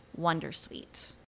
wondersuite